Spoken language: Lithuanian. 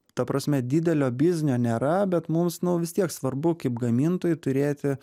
ta prasme didelio biznio nėra bet mums nu vis tiek svarbu kaip gamintojui turėti